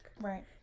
Right